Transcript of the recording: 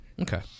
Okay